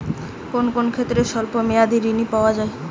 কোন কোন ক্ষেত্রে স্বল্প মেয়াদি ঋণ পাওয়া যায়?